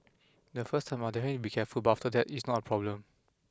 the first time I'll definitely be careful but after that it's not a problem